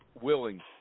willing